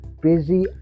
busy